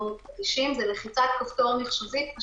אנחנו אדישים, זו לחיצת כפתור מחשובית.